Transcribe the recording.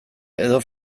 edo